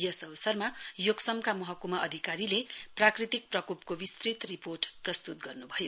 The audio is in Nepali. यस अवसरमा योक्समका महकुमा अधिकारीले प्राकृतिक प्रकोपको विस्तृत रिपोर्ट प्रस्तुत गर्नुभयो